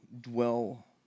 dwell